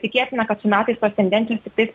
tikėtina kad su metais tos tendencijos tikais